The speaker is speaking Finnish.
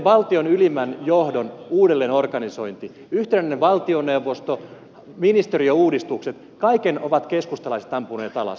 valtion ylimmän johdon uudelleenorganisointi yhtenäinen valtioneuvosto ministeriöuudistukset kaiken ovat keskustalaiset ampuneet alas